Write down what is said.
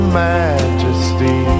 majesty